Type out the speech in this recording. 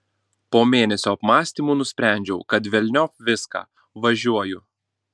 po mėnesio apmąstymų nusprendžiau kad velniop viską važiuoju